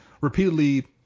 repeatedly